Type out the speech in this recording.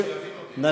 כדי שיבין אותי.